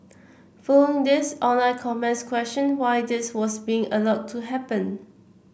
following this online comments questioned why this was being allowed to happen